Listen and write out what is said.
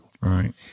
Right